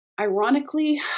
Ironically